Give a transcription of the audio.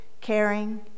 caring